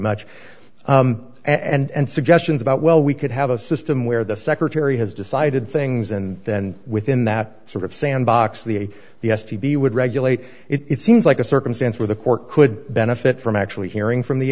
much and suggestions about well we could have a system where the secretary has decided things and then within that sort of sandbox the the s t b would regulate it seems like a circumstance where the court could benefit from actually hearing from the